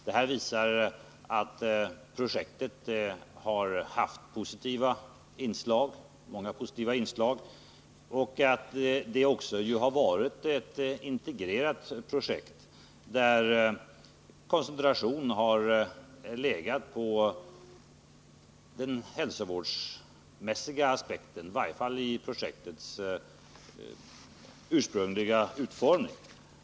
Detta visar att projektet har haft många positiva inslag och att det också har varit ett integrerat projekt, där koncentrationen har legat på den hälsovårdsmässiga aspekten, i varje fall i projektets ursprungliga utformning.